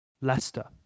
Leicester